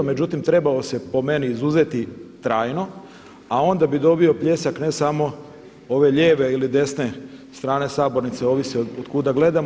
Međutim, trebao se po meni izuzeti trajno, a onda bi dobio pljesak ne samo ove lijeve ili desne strane sabornice, ovisi od kuda gledamo.